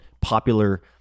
popular